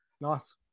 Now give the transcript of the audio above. Nice